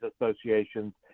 associations